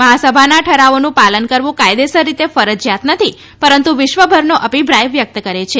મહાસભાના ઠરાવોનું પાલન કરવું કાયદેસર રીતે ફરજિયાત નથી પરંતુ વિશ્વભરનો અભિપ્રાય વ્યક્ત કરે છે